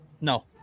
No